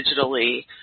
digitally